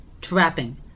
trapping